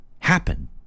happen